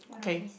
okay